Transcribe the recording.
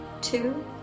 two